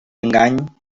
engany